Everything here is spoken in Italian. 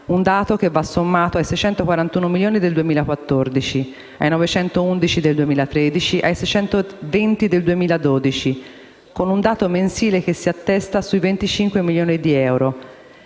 un dato che va sommato ai 641 milioni del 2014, ai 911 del 2013 e ai 620 del 2012), con un dato mensile che si assesta sui 25 milioni di euro